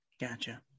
Gotcha